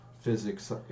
physics